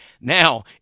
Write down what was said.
Now